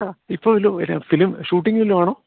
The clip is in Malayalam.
ആ ഇപ്പോൾ വല്ലതും ഫിലിം ഷൂട്ടിംഗ് വല്ലതും ആണോ